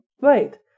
Right